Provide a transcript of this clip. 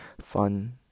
Fun